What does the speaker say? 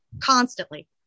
constantly